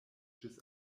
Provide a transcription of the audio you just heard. ĝis